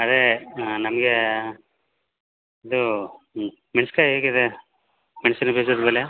ಅದೇ ನನಗೆ ಇದು ಹ್ಞೂ ಮೆಣ್ಸ್ಕಾಯಿ ಹೇಗಿದೆ ಮೆಣ್ಸಿನ ಬೀಜದ ಬೆಲೆ